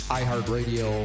iHeartRadio